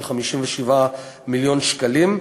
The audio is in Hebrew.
של 57 מיליון שקלים.